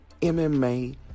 MMA